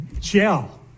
gel